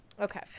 Okay